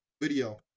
video